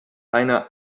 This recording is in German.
einer